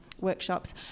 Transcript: workshops